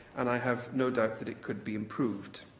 and i have no doubt that it could be improved.